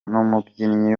n’umubyinnyi